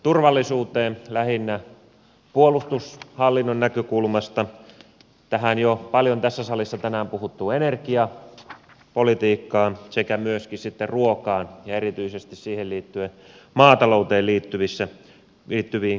turvallisuuteen lähinnä puolustushallinnon näkökulmasta tähän jo paljon tässä salissa tänään puhuttuun energiapolitiikkaan sekä ruokaan ja erityisesti siihen liittyen maatalouteen liittyviin kysymyksiin